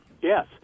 Yes